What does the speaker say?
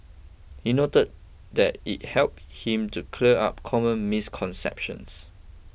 he noted that it help him to clear up common misconceptions